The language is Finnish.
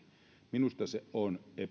minusta se on